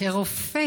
כרופא